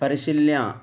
परिशील्य